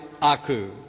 Aku